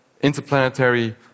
interplanetary